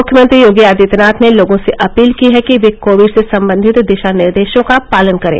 मुख्यमंत्री योगी आदित्यनाथ ने लोगों से अपील की है कि वे कोविड से संबंधित दिशा निर्देशों का पालन करें